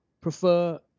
prefer